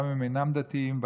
גם אם אינם דתיים,